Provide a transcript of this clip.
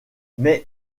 mais